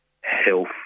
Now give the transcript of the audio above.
health